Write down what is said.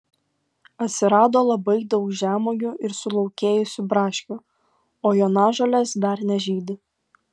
atsirado labai daug žemuogių ir sulaukėjusių braškių o jonažolės dar nežydi